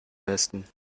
besten